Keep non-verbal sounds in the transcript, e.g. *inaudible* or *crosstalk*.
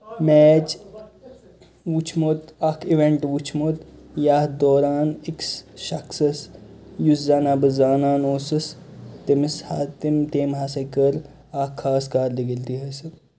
match وٕچھمُت اَکھ event وٕچھمُت یَتھ دوران أکِس شخصَس یُس زَنہ بہٕ زانان اوسُس تٔمِس ہا تٔمۍ تٔمۍ ہسَے کٔر اَکھ خاص *unintelligible* حٲصِل